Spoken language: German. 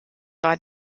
war